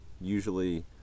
usually